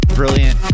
brilliant